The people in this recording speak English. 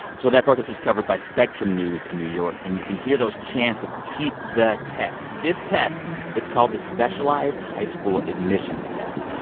so that protest was covered by spectrum news in new york. and you can hear those chants of keep the test. this test it's called the specialized high school admissions test.